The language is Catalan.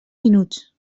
minuts